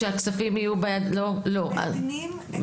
מעגנים.